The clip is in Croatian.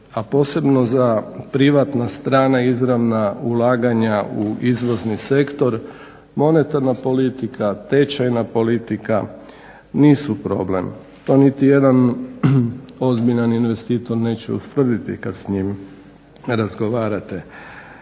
a posebno za privatna, strana, izravna ulaganja u izvozni sektor monetarna politika, tečajna politika nisu problem. To niti jedan ozbiljan investitor neće ustvrditi kad s njim razgovarate.